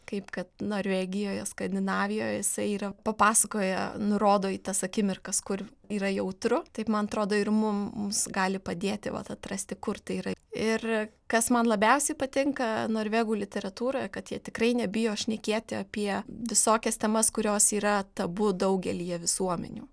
kaip kad norvegijoje skandinavijoje jisai yra papasakoja nurodo į tas akimirkas kur yra jautru taip man atrodo ir mum gali padėti vat atrasti kur tai yra ir kas man labiausiai patinka norvegų literatūroje kad jie tikrai nebijo šnekėti apie visokias temas kurios yra tabu daugelyje visuomenių